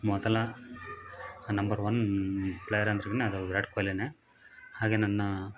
ಮೊದಲ number one player ಅಂದ್ರೇನ ಅದು ವಿರಾಟ್ ಕೊಹ್ಲಿ ಹಾಗೆ ನನ್ನ